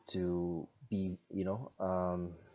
to be you know um